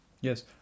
Yes